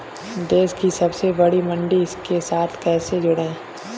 देश की सबसे बड़ी मंडी के साथ कैसे जुड़ें?